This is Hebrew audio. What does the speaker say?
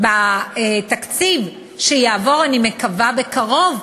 ובתקציב, שיעבור, אני מקווה, בקרוב,